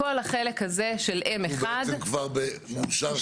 כל החלק הזה של M1. הוא בעצם כבר מאושר סטטוטורי?